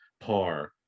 par